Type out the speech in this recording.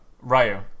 Ryu